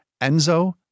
Enzo